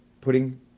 putting